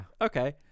okay